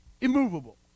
immovable